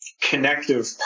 connective